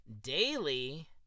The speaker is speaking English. daily